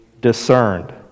discerned